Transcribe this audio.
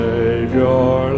Savior